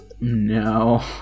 No